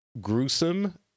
gruesome